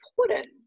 important